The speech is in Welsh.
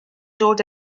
dod